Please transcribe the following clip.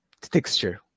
texture